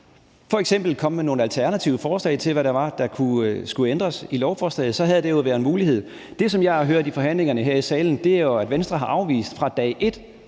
f.eks. var kommet med nogle alternative forslag til, hvad det var, der skulle ændres i lovforslaget, så havde det jo været en mulighed. Det, som jeg har hørt i forhandlingerne her i salen, er jo, at Venstre har afvist det fra dag et